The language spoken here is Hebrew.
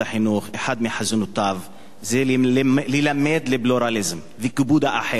אחד מחזונותיו, זה ללמד פלורליזם וכיבוד האחר.